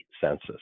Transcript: census